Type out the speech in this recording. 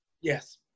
Yes